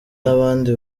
n’abandi